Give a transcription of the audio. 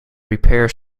repairs